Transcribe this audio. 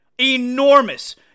enormous